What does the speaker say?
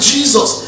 Jesus